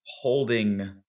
holding